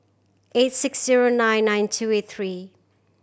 eight six zero nine nine two eight three